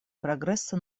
прогресса